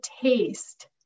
taste